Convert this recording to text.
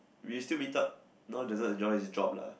we still meet up now he doesn't enjoy his job lah